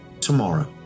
tomorrow